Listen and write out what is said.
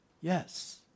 Yes